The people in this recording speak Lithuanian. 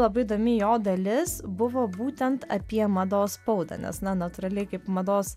labai įdomi jo dalis buvo būtent apie mados spaudą nes na natūraliai kaip mados